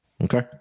Okay